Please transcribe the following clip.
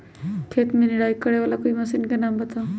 खेत मे निराई करे वाला कोई मशीन के नाम बताऊ?